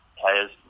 players